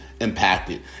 impacted